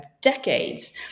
decades